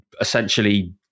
essentially